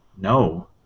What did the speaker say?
No